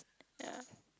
yeah